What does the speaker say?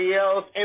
else